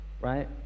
right